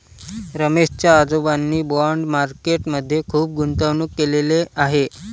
रमेश च्या आजोबांनी bond market मध्ये खुप गुंतवणूक केलेले आहे